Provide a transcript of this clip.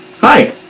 Hi